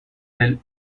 elles